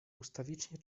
ustawicznie